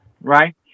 right